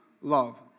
love